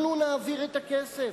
אנחנו נעביר את הכסף,